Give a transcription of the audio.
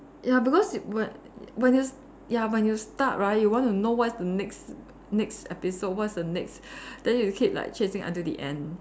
ya because when when you ya when you start right you want to know what's the next next episode what's the next then you keep like chasing until the end